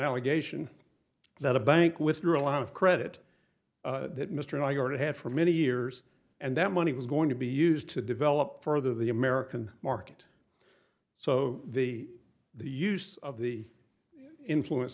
allegation that a bank with through a line of credit that mr and i already had for many years and that money was going to be used to develop further the american market so the the use of the influence